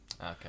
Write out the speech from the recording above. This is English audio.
okay